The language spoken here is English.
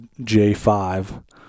j5